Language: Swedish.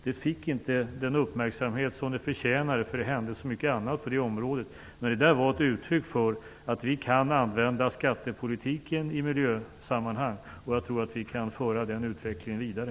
Det fick inte den uppmärksamhet det förtjänade eftersom det hände så mycket annat på det området, men det var ett uttryck för att vi kan använda skattepolitiken i miljösammanhang. Jag tror att vi kan föra den utvecklingen vidare.